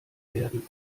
werden